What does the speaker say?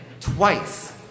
twice